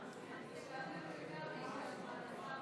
נעבור להסתייגות מס' 46. הצבעה.